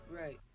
right